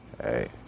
Hey